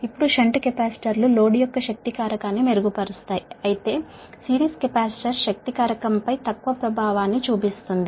ఇప్పుడు షంట్ కెపాసిటర్లు లోడ్ యొక్క పవర్ ఫాక్టర్ ని మెరుగుపరుస్తాయి అయితే సిరీస్ కెపాసిటర్ పవర్ ఫాక్టర్ పై తక్కువ ప్రభావాన్ని చూపుతుంది